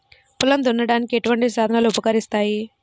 పొలం దున్నడానికి ఎటువంటి సాధనలు ఉపకరిస్తాయి?